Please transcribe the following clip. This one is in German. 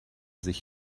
sich